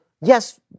yes